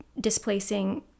displacing